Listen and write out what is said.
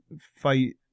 fight